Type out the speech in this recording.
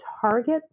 target